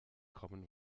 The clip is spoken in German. common